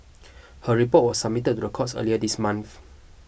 her report was submitted to the courts earlier this month